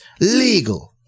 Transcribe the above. legal